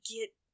get